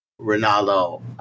Ronaldo